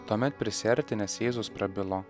tuomet prisiartinęs jėzus prabilo